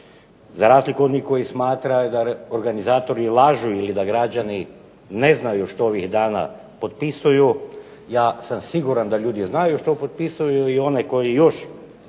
za razliku od onih koji smatraju da organizatori lažu ili ne znaju što ovih dana potpisuju, ja sam siguran da ljudi znaju što potpisuju, i oni koji još